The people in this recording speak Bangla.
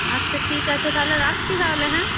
আচ্ছা ঠিক আছে তাহলে রাখছি তাহলে হ্যাঁ